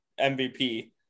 MVP